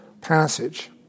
passage